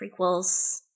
prequels